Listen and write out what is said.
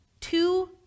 Two